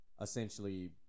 essentially